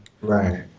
right